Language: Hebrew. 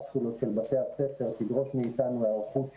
הקפסולות של בתי הספר מה שידרשו אתנו היערכות שונה,